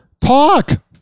talk